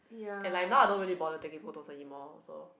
and like now I don't really bother take it photos anymore so